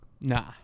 Nah